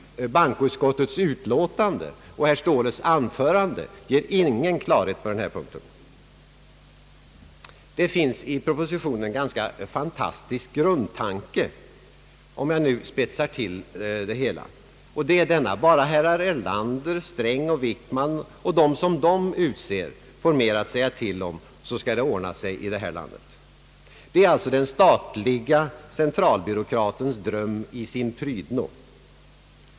Bankoutskottets utlåtande och herr Ståhles anförande ger ingen klarhet på den här punkten. Det finns i propositionen en ganska fantastisk grundtanke, om jag nu spetsar till det hela, och det är den: Om bara herrar Erlander, Sträng och Wickman och de personer som de utser får mer att säga till om så skall det ordna sig i detta land. Det är den statliga centralbyråkratens dröm i sin prydno.